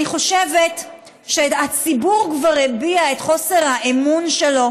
אני חושבת שהציבור כבר הביע את חוסר האמון שלו,